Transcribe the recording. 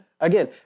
Again